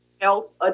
Health